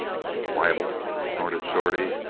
bible? snorted shorty.